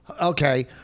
Okay